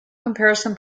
comparison